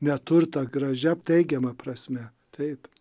neturtą gražia teigiama prasme taip